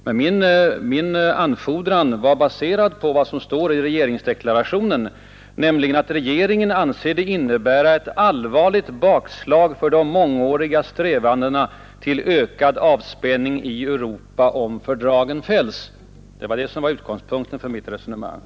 Men min anfordran var baserad på vad som står i regeringsdeklarationen: ”Den svenska regeringen skulle anse det innebära ett allvarligt bakslag för de mångåriga strävandena till ökad avspänning i Europa om fördragen fälls.” Det var detta som var utgångspunkten för mitt resonemang.